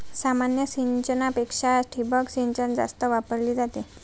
सामान्य सिंचनापेक्षा ठिबक सिंचन जास्त वापरली जाते